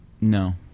No